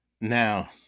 now